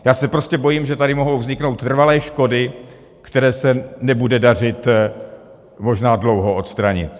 Já se prostě bojím, že tady mohou vzniknout trvalé škody, které se nebude dařit možná dlouho odstranit.